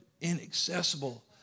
inaccessible